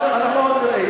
אנחנו עוד נראה.